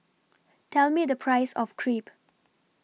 Tell Me The Price of Crepe